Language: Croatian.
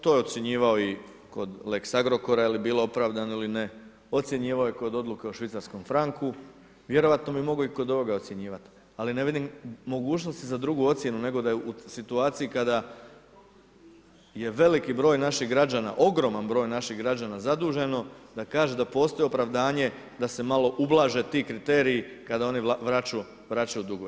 To je ocjenjivao i kod lex-Agrokora je li bilo opravdano ili ne, ocjenjivao je kod odluke o švicarskom franku, vjerojatno bi mogao i kod ovoga ocjenjivati, ali ne vidim mogućnosti za drugu ocjenu nego da je u situaciji kada je veliki broj naših građana, ogroman broj naših građana zaduženo, da kaže da postoji opravdanje da se malo ublaže ti kriteriji kada oni vraćaju dugove.